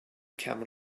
camel